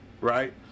right